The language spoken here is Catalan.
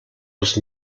els